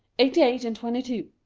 eighty eight and twenty two,